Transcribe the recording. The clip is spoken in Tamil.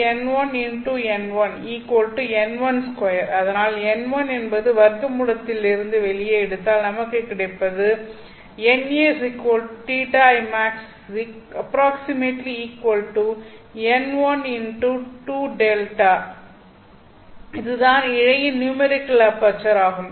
n12 அதனால் n1 என்பதை வர்க்க மூலத்திலிருந்து வெளியே எடுத்தால் நமக்கு கிடைப்பது இதுதான் இழையின் நியூமெரிக்கல் அபெர்ச்சர் ஆகும்